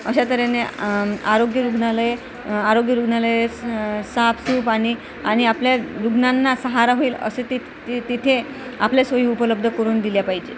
अशा तऱ्हेने आरोग्य रुग्णालय आरोग्य रुग्णालय स् साफसूफ आणि आणि आपल्या रुग्णांना सहारा होईल असं ते त् तिथे आपल्या सोयी उपलब्ध करून दिल्या पाहिजे